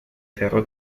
cerro